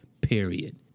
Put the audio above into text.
period